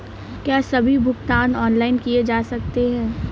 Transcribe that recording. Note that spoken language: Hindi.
क्या सभी भुगतान ऑनलाइन किए जा सकते हैं?